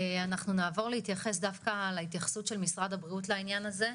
אנחנו נעבור להתייחס דווקא להתייחסות של משרד הבריאות לעניין הזה,